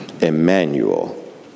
Emmanuel